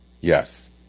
Yes